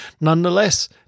Nonetheless